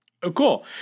Cool